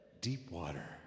Deepwater